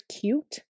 cute